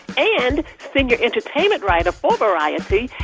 and senior entertainment writer for variety,